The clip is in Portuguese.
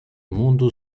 mundo